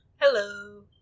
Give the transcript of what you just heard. Hello